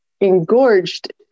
engorged